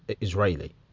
Israeli